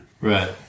right